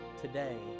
Today